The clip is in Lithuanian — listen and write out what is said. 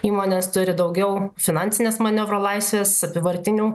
įmonės turi daugiau finansinės manevro laisvės apyvartinių